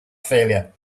failure